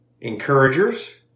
encouragers